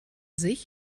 sich